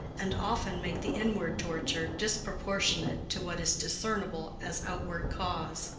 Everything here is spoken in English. and often make the inward torture disproportionate to what is discernable as outward cause.